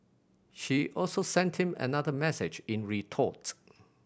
she also sent him another message in retort